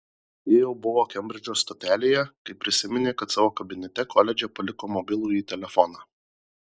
ji jau buvo kembridžo stotelėje kai prisiminė kad savo kabinete koledže paliko mobilųjį telefoną